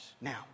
Now